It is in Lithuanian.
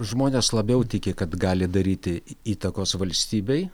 žmonės labiau tiki kad gali daryti įtakos valstybei